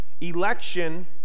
Election